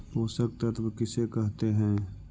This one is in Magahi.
पोषक तत्त्व किसे कहते हैं?